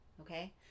Okay